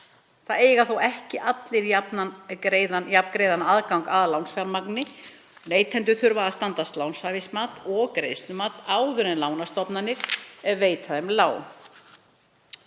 Það eiga þó ekki allir jafn greiðan aðgang að lánsfjármagni. Neytendur þurfa að standast lánshæfis- og greiðslumat áður en lánastofnanir veita þeim lán.